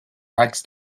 rags